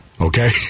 Okay